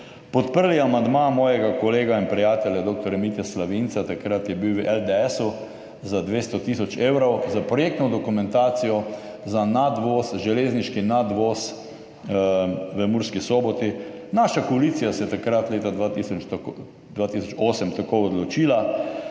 podprli amandma mojega kolega in prijatelja dr. Mitje Slavinca, takrat je bil v LDS, za 200 tisoč evrov za projektno dokumentacijo za železniški nadvoz v Murski Soboti. Naša koalicija se je takrat leta 2008 tako odločila